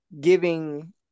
giving